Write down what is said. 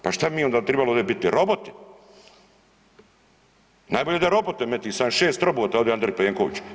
Pa šta bi onda tribali ovdje biti roboti, najbolje da robote meti 76 robota ovdje Andrej Plenković.